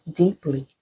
deeply